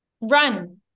Run